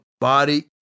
body